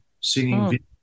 singing